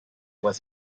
was